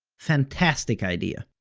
fantastic idea.